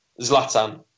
Zlatan